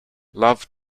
love